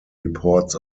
reports